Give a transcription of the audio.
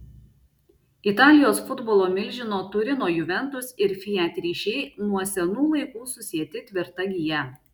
italijos futbolo milžino turino juventus ir fiat ryšiai nuo senų laikų susieti tvirta gija